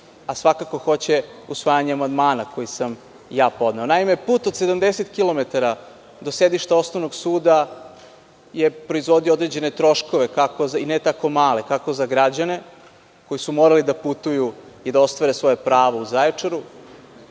a svakako hoće usvajanje amandmana koji sam ja podneo. Naime, put od 70 kilometara do sedišta osnovnog suda je proizvodio određene troškove, ne tako male, kako za građane koji su morali da putuju i da ostvare svoja prava u Zaječaru,